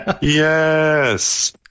Yes